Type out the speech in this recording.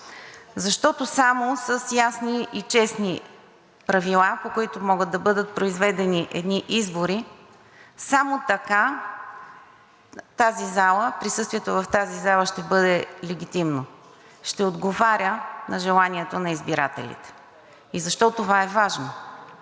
Защото само с ясни и честни правила, по които могат да бъдат произведени едни избори, само така присъствието в тази зала ще бъде легитимно, ще отговаря на желанието на избирателите. И защо това е важно?